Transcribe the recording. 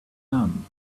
done